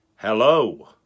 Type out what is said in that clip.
Hello